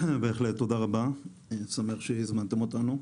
תודה רבה, אני שמח שהזמנתם אותנו.